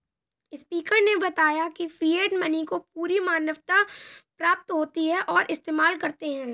speaker ने बताया की फिएट मनी को पूरी मान्यता प्राप्त होती है और इस्तेमाल करते है